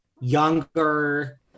younger